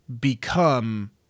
become